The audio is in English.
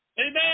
Amen